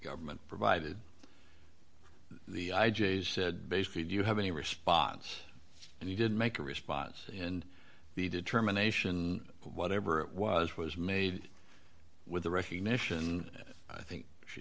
government provided the i j a said basically do you have any response and he did make a response and the determination whatever it was was made with the recognition i think she